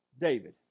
David